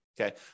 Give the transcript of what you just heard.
okay